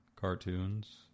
cartoons